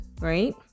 right